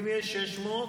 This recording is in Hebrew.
זאת אומרת,